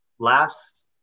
Last